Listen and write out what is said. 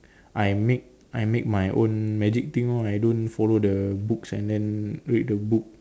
I make I make my own magic thing lor I don't follow the books and then read the book